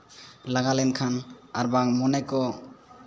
ᱞᱟᱸᱜᱟ ᱞᱮᱱᱠᱷᱟᱱ ᱟᱨᱵᱟᱝ ᱢᱚᱱᱮ ᱠᱚ